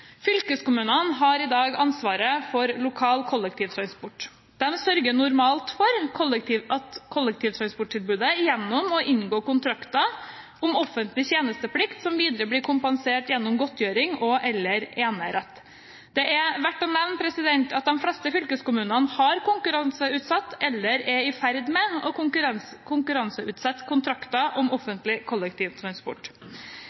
Fylkeskommunene har i dag ansvaret for lokal kollektivtransport. De sørger normalt for kollektivtransporttilbudet gjennom å inngå kontrakter om offentlig tjenesteplikt, som videre blir kompensert gjennom godtgjøring og/eller enerett. Det er verdt å nevne at de fleste fylkeskommunene har konkurranseutsatt, eller er i ferd med å konkurranseutsette, kontrakter om offentlig kollektivtransport.